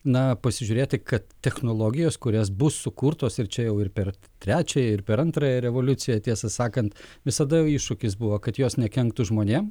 na pasižiūrėti kad technologijos kurias bus sukurtos ir čia jau ir per trečiąją ir per antrąją revoliuciją tiesą sakant visada iššūkis buvo kad jos nekenktų žmonėm